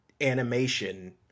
animation